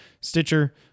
Stitcher